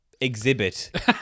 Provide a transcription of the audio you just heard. Exhibit